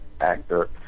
actor